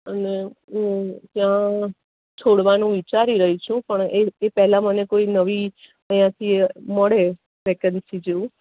અને હું ત્યાં છોડવાનું વિચારી રહી છું પણ એ એ પહેલાં મને કોઈ નવી અહીંયાથી મળે વેકેન્સી જેવું